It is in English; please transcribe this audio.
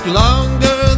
longer